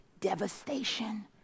devastation